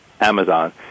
Amazon